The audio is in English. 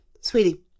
Sweetie